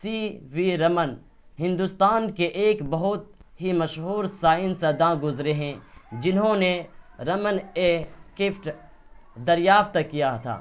سی V Raman Hindustan کے ایک بہت ہی مشہور سائنس داں گزرے ہیں جنہوں نے رمن اے کفٹ دریافت کیا تھا